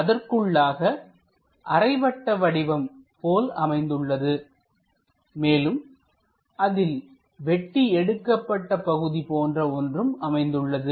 அதற்குள்ளாக அரை வட்ட வடிவம் போல் அமைந்துள்ளதுமேலும் அதில் வெட்டி எடுக்கப்பட்ட பகுதி போன்ற ஒன்றும் அமைந்துள்ளது